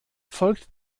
folgt